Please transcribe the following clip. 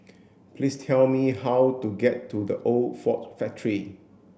please tell me how to get to The Old Ford Factory